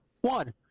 One